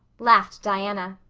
laughed diana.